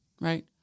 right